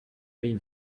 been